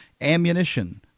ammunition